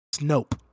Nope